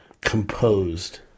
composed